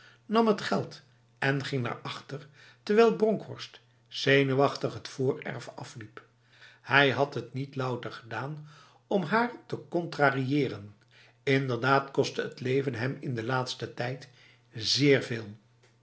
nam het geld en ging naar achter terwijl bronkhorst zenuwachtig het voorerf af i ie p hij had t niet louter gedaan om haar te contrariëren inderdaad kostte het leven hem in de laatste tijd zeer veel